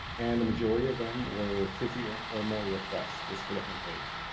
and the majority of them were fifty or or more requests just for the homepage.